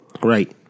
right